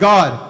God，